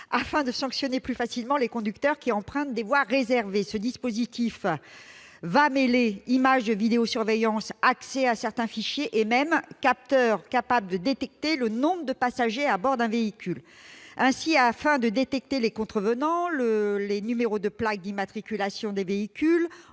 afin de sanctionner plus facilement les conducteurs qui empruntent des voies réservées. Ce dispositif va mêler images de vidéosurveillance, accès à certains fichiers, et même capteurs capables de détecter le nombre de passagers à bord d'un véhicule. Ainsi, afin d'identifier les contrevenants, les numéros de plaque d'immatriculation des véhicules